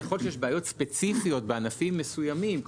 ככול שיש בעיות ספציפיות בענפים מסוימים,